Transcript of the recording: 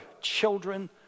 children